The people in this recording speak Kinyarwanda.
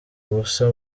ubusa